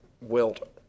wilt